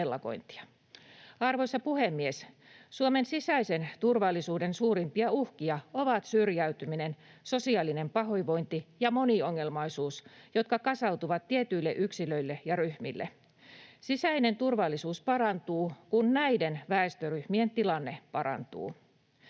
Arvoisa puhemies! Suomen sisäisen turvallisuuden suurimpia uhkia ovat syrjäytyminen, sosiaalinen pahoinvointi ja moniongelmaisuus, jotka kasautuvat tietyille yksilöille ja ryhmille. Sisäinen turvallisuus parantuu, kun näiden väestöryhmien tilanne parantuu.